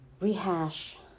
rehash